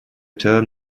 term